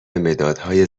مدادهای